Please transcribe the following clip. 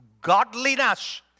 godliness